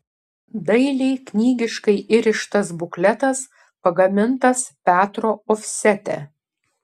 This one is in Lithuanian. dailiai knygiškai įrištas bukletas pagamintas petro ofsete